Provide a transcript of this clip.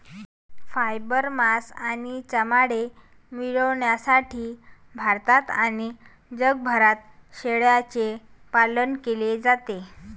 fibre, मांस आणि चामडे मिळविण्यासाठी भारतात आणि जगभरात शेळ्यांचे पालन केले जाते